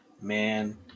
Man